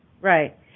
Right